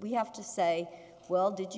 we have to say well did you